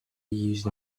used